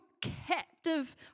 captive